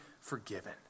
forgiven